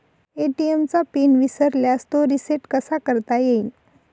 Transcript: ATM चा पिन विसरल्यास तो रिसेट कसा करता येईल?